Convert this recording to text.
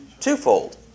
Twofold